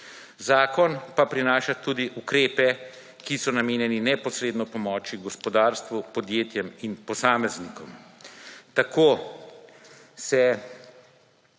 Zakon pa prinaša tudi ukrepe, ki so namenjeni neposredno pomoči gospodarstvu, podjetjem in posameznikom.